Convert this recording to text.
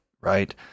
right